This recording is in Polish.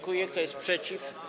Kto jest przeciw?